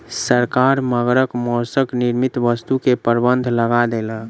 सरकार मगरक मौसक निर्मित वस्तु के प्रबंध लगा देलक